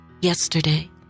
yesterday